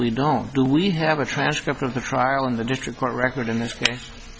we don't we have a transcript of the trial in the district court record in this case